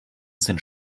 sind